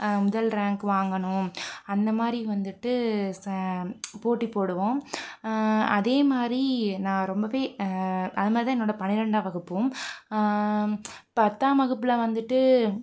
முதல் ரேங்க் வாங்கணும் அந்தமாதிரி வந்துட்டு ச போட்டி போடுவோம் அதேமாதிரி நான் ரொம்பவே அதமாதிரி தான் என்னோடய பனிரெண்டாம் வகுப்பும் பத்தாம் வகுப்பில் வந்துட்டு